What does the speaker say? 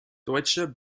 deutsche